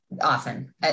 Often